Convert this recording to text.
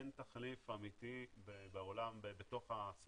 אין תחליף אמיתי בתוך הסמארטפון.